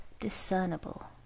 discernible